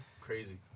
crazy